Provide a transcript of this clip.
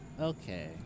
Okay